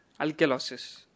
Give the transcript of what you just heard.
alkalosis